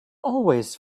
always